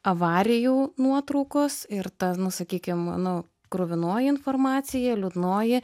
avarijų nuotraukos ir ta nu sakykim nu kruvinoji informacija liūdnoji